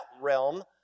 realm